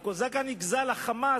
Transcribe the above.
ה"חמאס",